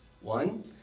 One